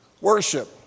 worship